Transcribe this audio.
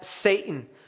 Satan